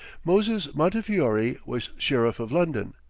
moses montefiore was sheriff of london.